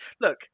look